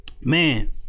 man